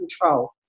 control